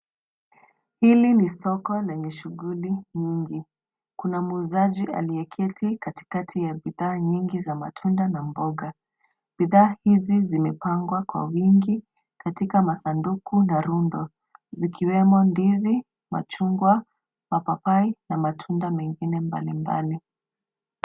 Hili ni soko lenye shughuli nyingi. Kuna muuzaji ameketi katikati ya bidhaa nyingi za matunda na mboga. Bidhaa hizi zimepangwa kwa wingi katika masanduku na rundo zikiwemo ndizi, machungwa, mapapai na matunda mengine mbalimbali.